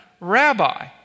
rabbi